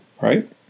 right